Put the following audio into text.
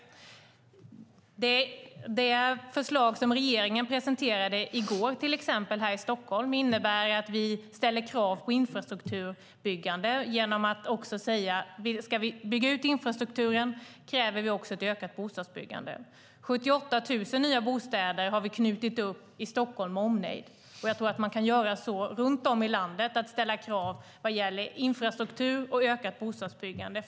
Det förslag som regeringen presenterade här i Stockholm i går till exempel innebär att vi ställer krav på infrastrukturbyggande genom att säga att om infrastrukturen ska byggas ut krävs också ett ökat bostadsbyggande. 78 000 nya bostäder har vi knutit upp i Stockholm med omnejd. Jag tror att man kan göra så runt om i landet och ställa krav när det gäller infrastruktur och ökat bostadsbyggande.